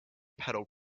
pedal